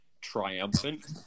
triumphant